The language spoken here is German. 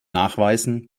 nachweisen